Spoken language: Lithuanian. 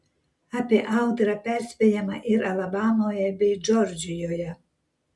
apie audrą perspėjama ir alabamoje bei džordžijoje